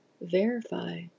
verify